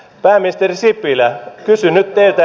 pääministeri sipilä kysyn nyt teiltä